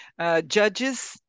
Judges